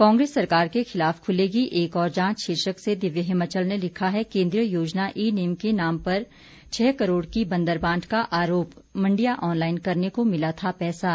कांग्रेस सरकार के खिलाफ खुलेगी एक और जांच शीर्षक से दिव्य हिमाचल ने लिखा है केन्द्रीय योजना ई नैम के नाम पर छह करोड़ की बंदरबांट का आरोप मंडियां ऑनलाईन करने को मिला था पैसा